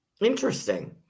Interesting